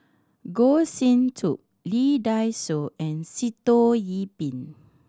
Goh Sin Tub Lee Dai Soh and Sitoh Yih Pin